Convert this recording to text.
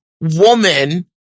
woman